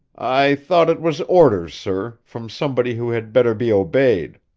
i thought it was orders, sir, from somebody who had better be obeyed.